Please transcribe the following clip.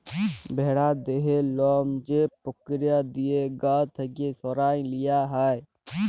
ভেড়ার দেহের লম যে পক্রিয়া দিঁয়ে গা থ্যাইকে সরাঁয় লিয়া হ্যয়